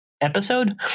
episode